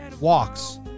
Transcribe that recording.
Walks